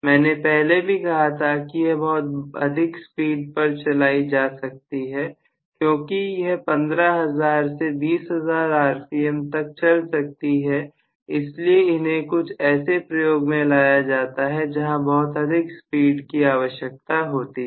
मैंने पहले भी कहा था कि यह बहुत अधिक स्पीड पर चलाई जा सकती हैं क्योंकि यह 15000 से 20000 rpm तक चल सकती हैं इसलिए इन्हें कुछ ऐसे प्रयोग में लाया जाता है जहां बहुत अधिक स्पीड की आवश्यकता होती है